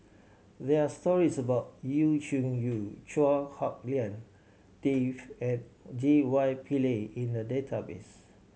there're stories about Yu Zhuye Chua Hak Lien Dave and J Y Pillay in the database